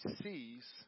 sees